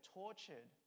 tortured